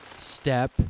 step